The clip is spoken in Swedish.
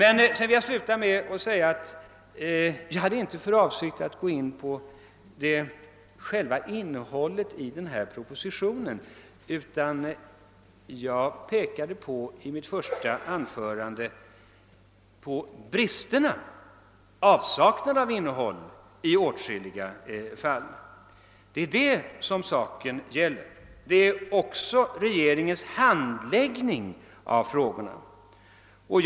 Jag hade inte för avsikt att gå in på själva innehållet i propositionen. I mitt första anförande pekade jag på brister i den, på avsaknaden av innehåll i åtskilliga fall. Det är detta frågan gäller liksom regeringens handläggning av ärendet.